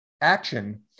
action